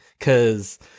Cause